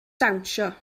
dawnsio